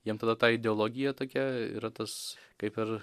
jiem tada ta ideologija tokia yra tas kaip ir